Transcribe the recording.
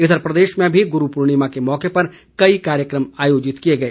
इधर प्रदेश मैं भी गुरू पूर्णिमा के मौके पर कई कार्यक्रम आयोजित किए गए